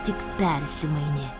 tik persimainė